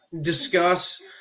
discuss